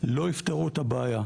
לא יפתרו את הבעיה.